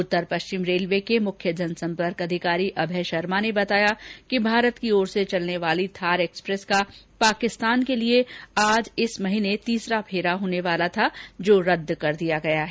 उत्तर पश्चिम रेलवे के मुख्य जनसम्पर्क अधिकारी अभय शर्मा ने बताया कि भारत की ओर से चलने वाली थार एक्सप्रेस का पाकिस्तान के लिए आज इस महीने तीसरा फेरा होने वाला था जो रदद कर दिया गया है